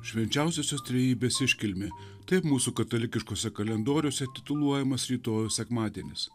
švenčiausiosios trejybės iškilmė taip mūsų katalikiškose kalendoriuose tituluojamas rytojaus sekmadienis